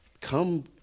Come